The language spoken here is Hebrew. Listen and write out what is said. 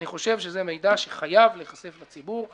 אני חושב שזה מידע שחייב להיחשף לציבור.